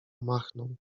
machnął